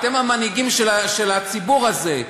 אתם המנהיגים של הציבור הזה,